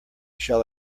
shall